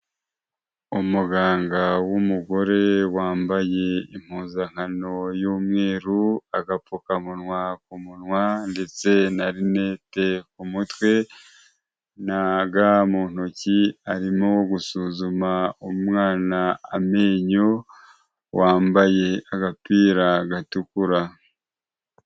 Umuganga w'umugore wambaye impuzankano y'umweru, agapfukamunwa ku munwa ndetse na rinete ku mutwe na ga mu ntoki, arimo gusuzuma umwana amenyo, wambaye agapira gatukura.